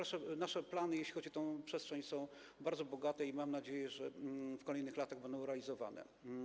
Nasze dalsze plany, jeśli chodzi o tę przestrzeń, są bardzo bogate i mam nadzieję, że w kolejnych latach będą realizowane.